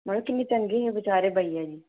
मड़ो किन्ने चंगे हे बचारे भईया जी